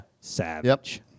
Savage